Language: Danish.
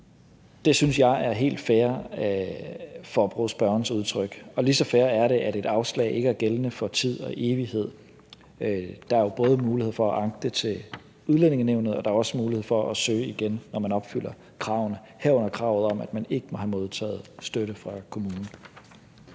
Det synes jeg er helt fair for at bruge spørgerens udtryk, og lige så fair er det, at et afslag ikke er gældende for tid og evighed. Der er jo både mulighed for at anke det til Udlændingenævnet, og der er også mulighed for at søge igen, når man opfylder kravene, herunder kravet om, at man ikke må have modtaget støtte fra kommunen.